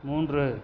மூன்று